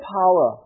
power